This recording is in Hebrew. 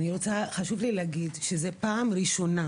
חשוב לי להגיד, שזו פעם ראשונה